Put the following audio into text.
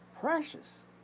Precious